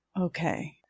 Okay